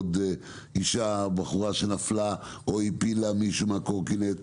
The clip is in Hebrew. אשה שנפלה או הפילה מישהו מהקורקינט.